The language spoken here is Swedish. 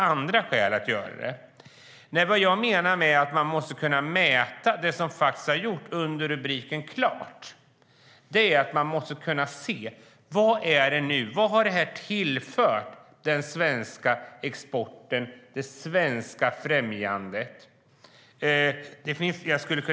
Vad jag menar är att man måste kunna mäta det som har gjorts under rubriken "Klart". Man måste kunna se vad det har tillfört den svenska exporten och det svenska främjandet.